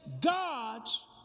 God's